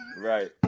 Right